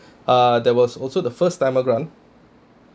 uh there was also the first timer grant